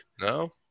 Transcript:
No